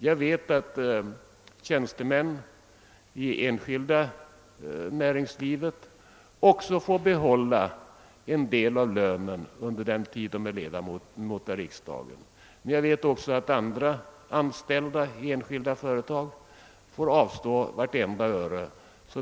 Jag känner till att också tjänstemän i det enskilda näringslivet får behålla en del av lönen under den tid då de är ledamöter av riksdagen, men jag vet också att andra som är anställda i enskilda företag måste avstå vartenda öre.